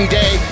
day